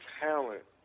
talent